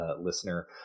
listener